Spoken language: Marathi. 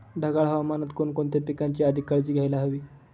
ढगाळ हवामानात कोणकोणत्या पिकांची अधिक काळजी घ्यायला हवी?